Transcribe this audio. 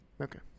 Okay